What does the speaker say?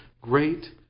great